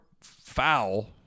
Foul